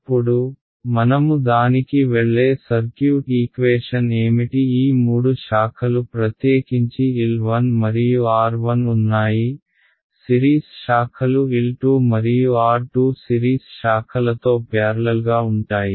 ఇప్పుడు మనము దానికి వెళ్ళే సర్క్యూట్ ఈక్వేషన్ ఏమిటి ఈ మూడు శాఖలు ప్రత్యేకించి L 1 మరియు R 1 ఉన్నాయి సిరీస్ శాఖలు L 2 మరియు R 2 సిరీస్ శాఖలతో ప్యార్లల్గా ఉంటాయి